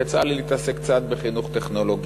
יצא לי להתעסק קצת בחינוך טכנולוגי,